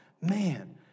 man